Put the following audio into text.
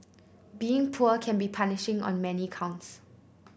being poor can be punishing on many counts